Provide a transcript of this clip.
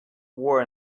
wore